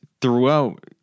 throughout